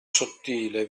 sottile